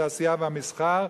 התעשייה והמסחר,